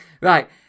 Right